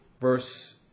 verse